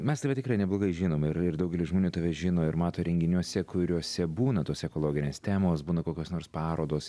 mes tave tikrai neblogai žinom ir ir daugelis žmonių tave žino ir mato renginiuose kuriuose būna tos ekologinės temos būna kokios nors parodos